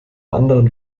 anderen